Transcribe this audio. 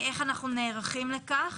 איך אנחנו נערכים לכך?